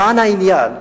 למען העניין,